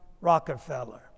Rockefeller